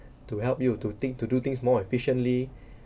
to help you to think to do things more efficiently